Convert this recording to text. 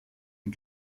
und